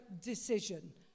decision